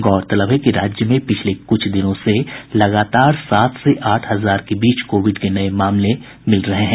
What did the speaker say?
गौरतलब है कि राज्य में पिछले कुछ दिनों से लगातार सात से आठ हजार के बीच कोविड के नये मामले मिल रहे हैं